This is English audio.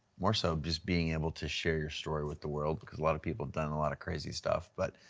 more so just being able to share your story with the world because a lot of people have done a lot of crazy stuff, but